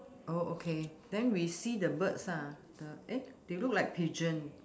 oh okay then we see the birds ah the eh they look like pigeon